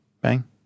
bang